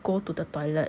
go to the toilet